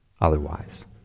otherwise